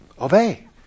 Obey